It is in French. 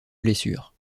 blessure